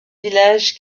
village